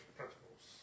principles